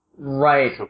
Right